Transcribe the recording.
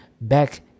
back